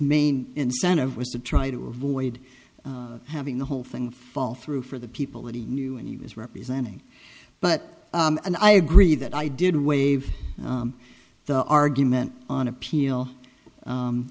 main incentive was to try to avoid having the whole thing fall through for the people that he knew and he was representing but and i agree that i did wave the argument on appeal